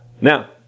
Now